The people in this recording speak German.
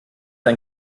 ein